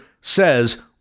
says